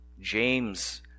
James